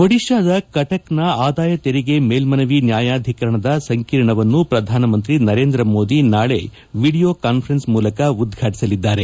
ಒಡಿಶಾದ ಕಟಕ್ನ ತೆರಿಗೆ ಮೇಲ್ಮನವಿ ನ್ಯಾಯಾಧಿಕರಣದ ಸಂಕೀರ್ಣವನ್ನು ಪ್ರಧಾನಮಂತ್ರಿ ನರೇಂದ್ರ ಮೋದಿ ನಾಳೆ ವೀಡಿಯೊ ಕಾನ್ವರೆನ್ಲ್ ಮೂಲಕ ಉದ್ಘಾಟಿಸಲಿದ್ದಾರೆ